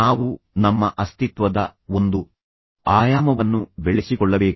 ನಾವು ನಮ್ಮ ಅಸ್ತಿತ್ವದ ಒಂದು ಆಯಾಮವನ್ನು ಬೆಳೆಸಿಕೊಳ್ಳಬೇಕು